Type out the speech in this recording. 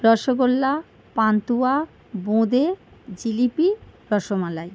rasgulla pantua bonde jalebi rasmalai